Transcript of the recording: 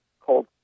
called